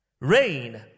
Rain